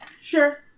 Sure